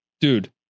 dude